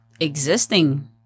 Existing